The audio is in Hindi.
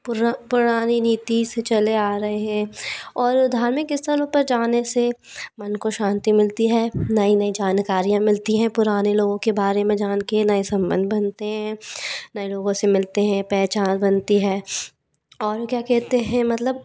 पुरा पुरानी रीति से चले आ रहे हें और धार्मिक स्थलों पर जाने से मन को शांति मिलती है नई नई जानकारियाँ मिलती हैं पुराने लागों के बारे में जान के नए संबंध बनते हैं नए लोगों से मिलते हैं पहचान बनती है और क्या कहते हैं मतलब